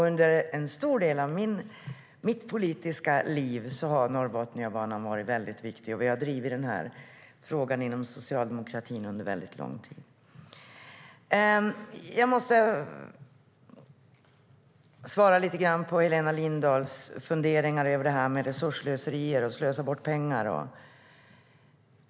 Under en stor del av mitt politiska liv har Norrbotniabanan varit viktig, och vi har drivit frågan inom socialdemokratin under lång tid. Jag ska svara lite grann på Helena Lindahls funderingar över resursslöseri och att slösa bort pengar.